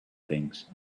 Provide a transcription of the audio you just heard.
things